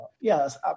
yes